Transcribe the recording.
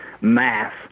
mass